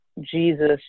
Jesus